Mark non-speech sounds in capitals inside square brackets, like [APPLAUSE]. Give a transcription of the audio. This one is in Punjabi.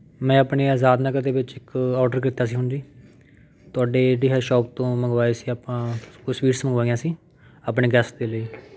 ਮੈਂ ਆਪਣੇ ਆਜ਼ਾਦ ਨਗਰ ਦੇ ਵਿੱਚ ਇੱਕ ਔਡਰ ਕੀਤਾ ਸੀ ਹੁਣ ਜੀ ਤੁਹਾਡੇ [UNINTELLIGIBLE] ਸ਼ੌਪ ਤੋਂ ਮੰਗਵਾਏ ਸੀ ਆਪਾਂ ਕੁਛ ਸਵੀਟਸ ਮੰਗਵਾਈਆਂ ਸੀ ਆਪਣੇ ਗੈਸਟ ਦੇ ਲਈ